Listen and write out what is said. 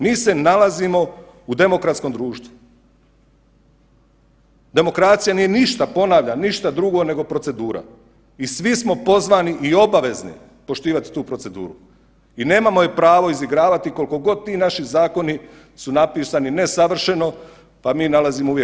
Mi se nalazimo u demokratskom društvu, demokracija nije ništa, ponavljam, ništa drugo nego procedura i svi smo pozvani i obavezni poštivati tu proceduru i nemamo je pravo izigravati koliko god ti naši zakoni su napisani nesavršeno pa mi uvijek nalazimo krivine.